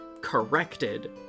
corrected